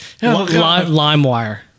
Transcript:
LimeWire